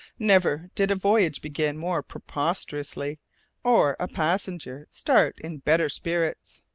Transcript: never did a voyage begin more prosperously, or a passenger start in better spirits.